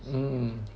mm